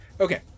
Okay